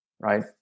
right